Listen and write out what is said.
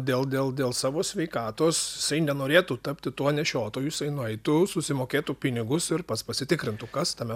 dėl dėl dėl savo sveikatos jisai nenorėtų tapti tuo nešiotoju jisai nueitų susimokėtų pinigus ir pats pasitikrintų kas tame